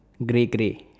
grey grey